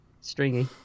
stringy